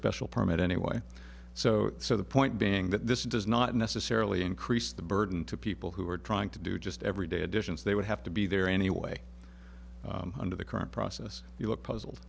special permit anyway so so the point being that this does not necessarily increase the burden to people who are trying to do just everyday additions they would have to be there anyway under the current process you look puzzled